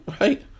right